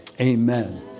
Amen